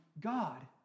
God